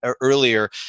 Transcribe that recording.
earlier